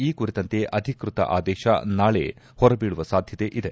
ಈ ಕುರಿತಂತೆ ಅಧಿಕ್ಷತ ಆದೇಶ ನಾಳೆ ಹೊರಬೀಳುವ ಸಾಧ್ಯತೆ ಇದೆ